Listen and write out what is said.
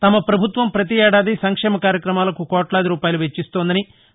తమ పభుత్వం పతి ఏడాది సంక్షేమ కార్యక్రమాలకు కోట్లాది రూపాయలు వెచ్చిస్తుందని చెప్పారు